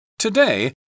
Today